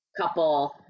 couple